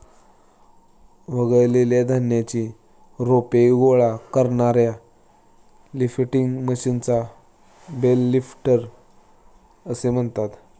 वाळलेल्या धान्याची रोपे गोळा करणाऱ्या लिफ्टिंग मशीनला बेल लिफ्टर असे म्हणतात